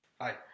Hi